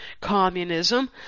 communism